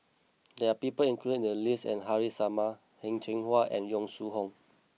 there are people included in the list and Haresh Sharma Heng Cheng Hwa and Yong Shu Hoong